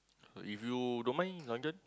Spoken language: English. if you don't mind Long-John